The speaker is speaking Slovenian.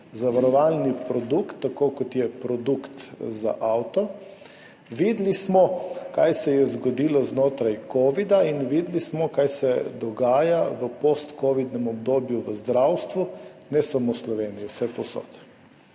zavarovalni produkt, tako kot je produkt za avto. Videli smo, kaj se je zgodilo znotraj kovida. I videli smo, kaj se dogaja v postkovidnem obdobju v zdravstvu, ne samo v Sloveniji, vsepovsod.